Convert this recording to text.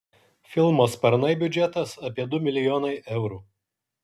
filmo sparnai biudžetas apie du milijonai eurų